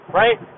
right